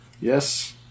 Yes